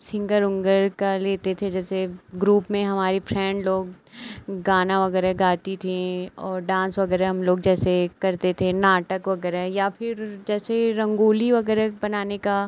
singer उंगर का लेते थे जैसे ग्रुप में हमारी फ्रेन्ड लोग गाना वग़ैरह गाती थीं और डांस वग़ैरह हम लोग जैसे करते थे नाटक वग़ैरह या फिर जैसे रंगोली वग़ैरह बनाने का